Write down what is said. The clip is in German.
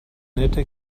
nette